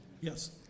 Yes